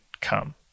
come